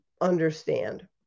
understand